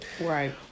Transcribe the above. Right